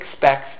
expects